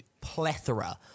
plethora